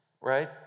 right